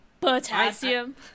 potassium